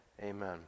amen